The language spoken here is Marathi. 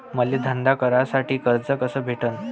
मले धंदा करासाठी कर्ज कस भेटन?